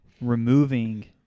removing